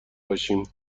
باشیم